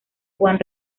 juan